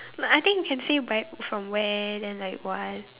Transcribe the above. like I think you can say buy it from where then like what